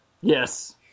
Yes